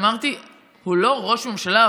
אמרתי: הוא לא ראש ממשלה,